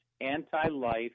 anti-life